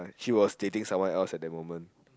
she was dating someone else at that moment